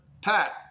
Pat